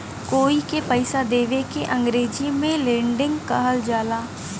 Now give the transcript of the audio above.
कोई के पइसा देवे के अंग्रेजी में लेंडिग कहल जाला